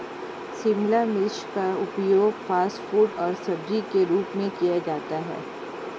शिमला मिर्च का उपयोग फ़ास्ट फ़ूड और सब्जी के रूप में किया जाता है